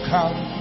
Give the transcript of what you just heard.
Come